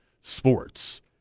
sports